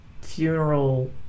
funeral